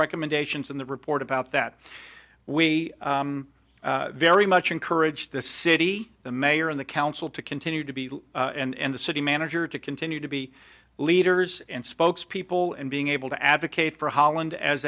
recommendations in the report about that we very much encourage the city the mayor and the council to continue to be and the city manager to continue to be leaders and spokespeople and being able to advocate for holland as